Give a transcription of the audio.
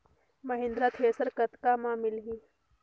Mahindra thresher कतका म मिलही?